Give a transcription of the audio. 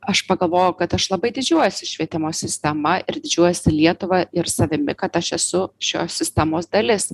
aš pagalvojau kad aš labai didžiuojuosi švietimo sistema ir didžiuojuosi lietuva ir savimi kad aš esu šios sistemos dalis